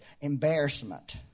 Embarrassment